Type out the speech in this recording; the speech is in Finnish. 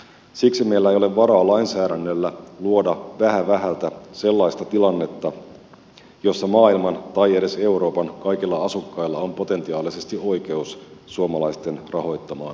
siksi meillä ei ole varaa lainsäädännöllä luoda vähä vähältä sellaista tilannetta jossa maailman tai edes euroopan kaikilla asukkailla on potentiaalisesti oikeus suomalaisten rahoittamaan sosiaaliturvaan